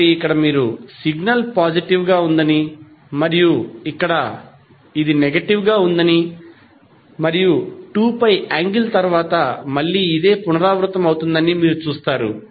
కాబట్టి ఇక్కడ మీరు సిగ్నల్ పాజిటివ్ గా ఉందని మరియు ఇక్కడ ఇది నెగటివ్ గా ఉందని మరియు 2 యాంగిల్ తర్వాత మళ్ళీ ఇదే పునరావృతమవుతుందని మీరు చూస్తారు